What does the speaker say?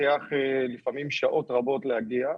לוקח לפעמים שעות רבות להגיע,